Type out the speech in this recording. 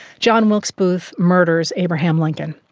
john wilkes booth murders abraham lincoln.